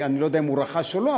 אני לא יודע אם הוא רכש או לא,